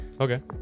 Okay